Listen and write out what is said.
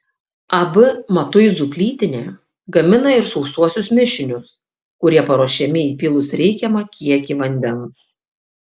ab matuizų plytinė gamina ir sausuosius mišinius kurie paruošiami įpylus reikiamą kiekį vandens